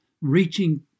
reaching